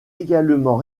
également